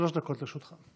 שלוש דקות לרשותך.